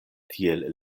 tiel